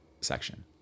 section